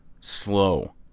slow